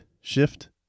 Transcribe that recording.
shift